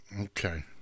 Okay